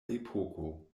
epoko